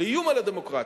לאיום על הדמוקרטיה.